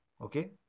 Okay